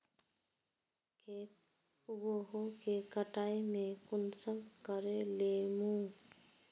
खेत उगोहो के कटाई में कुंसम करे लेमु?